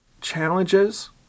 challenges